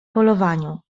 polowaniu